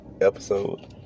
episode